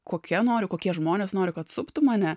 kokia noriu kokie žmonės noriu kad suptų mane